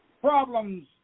problems